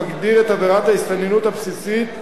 המגדיר את עבירת ההסתננות הבסיסית,